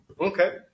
Okay